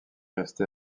restée